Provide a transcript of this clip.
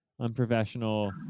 unprofessional